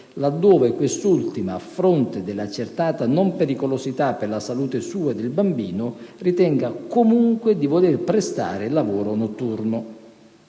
laddove quest'ultima, a fronte dell'accertata non pericolosità per la salute sua e del bambino, ritenga comunque di voler prestare il lavoro notturno.